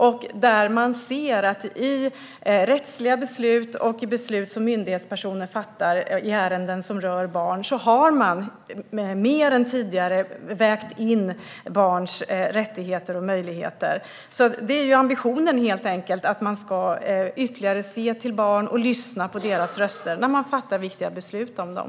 Där ser man att i rättsliga beslut och i beslut som myndighetspersoner fattar i ärenden som rör barn har man mer än tidigare vägt in barns rättigheter och möjligheter. Ambitionen är helt enkelt att man ska ytterligare se till barn och lyssna på deras röster när man fattar viktiga beslut om dem.